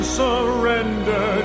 surrender